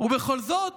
בכל זאת